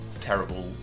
terrible